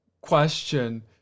question